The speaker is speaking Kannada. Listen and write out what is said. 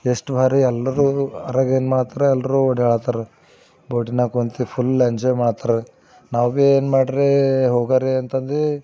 ಎಷ್ಟು ಬಾರಿ ಎಲ್ಲರೂ ಅದ್ರಾಗ ಏನು ಮಾಡ್ತಾರೆ ಎಲ್ಲರೂ ಓಡ್ಯಾಡ್ತಾರ ಬೋಟಿನಾಗ ಕುಂತಿ ಫುಲ್ ಎಂಜಾಯ್ ಮಾಡ್ಲಾತ್ತಾರ ನಾವು ಭೀ ಏನು ಮಾಡ್ರೆ ಹೋಗಾರಿ ಅಂತಂದು